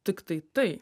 tiktai tai